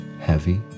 heavy